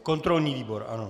Kontrolní výbor, ano.